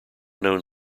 known